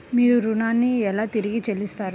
మీరు ఋణాన్ని ఎలా తిరిగి చెల్లిస్తారు?